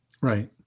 Right